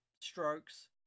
strokes